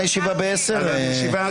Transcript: ב-10:00.